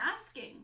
asking